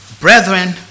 Brethren